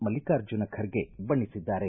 ಮಲ್ಲಿಕಾರ್ಜುನ ಖರ್ಗೆ ಬಣ್ಣಿಸಿದ್ದಾರೆ